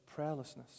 prayerlessness